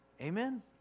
Amen